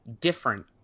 different